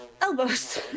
elbows